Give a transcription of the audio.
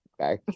okay